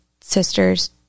sister's